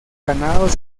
ganados